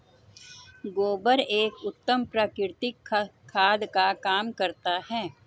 गोबर एक उत्तम प्राकृतिक खाद का काम करता है